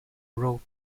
row